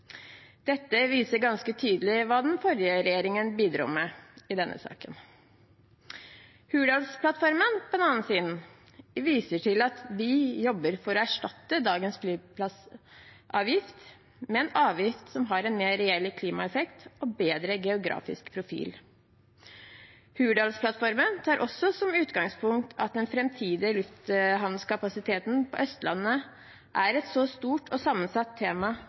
Dette viser ganske tydelig hva den forrige regjeringen bidro med i denne saken. Hurdalsplattformen, på den andre siden, viser til at vi jobber for å erstatte dagens flyplassavgift med en avgift som har en mer reell klimaeffekt og bedre geografisk profil. Hurdalsplattformen tar også som utgangspunkt at den framtidige lufthavnkapasiteten på Østlandet er et så stort og sammensatt tema